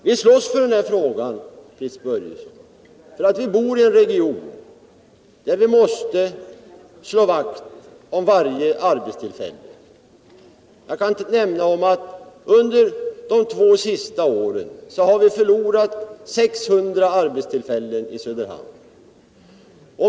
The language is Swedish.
Vi slåss för den här saken, Fritz Börjesson, för att vi bor i en region där vi måste slå vakt om varje arbetstillfälle. Jag kan nämna att vi under de två senaste åren förlorat över 600 arbetstillfällen i Söderhamn.